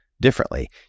differently